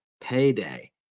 payday